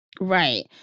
right